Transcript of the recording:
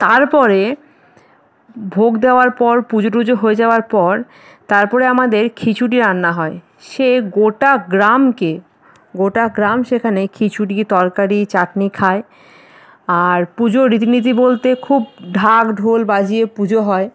তারপরে ভোগ দেওয়ার পর পুজো টুজো হয়ে যাওয়ার পর তারপরে আমাদের খিচুড়ি রান্না হয় সে গোটা গ্রামকে গোটা গ্রাম সেখানে খিচুড়ি তরকারি চাটনি খায় আর পুজোর রীতি নীতি বলতে খুব ঢাক ঢোল বাজিয়ে পুজো হয়